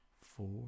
four